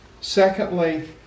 Secondly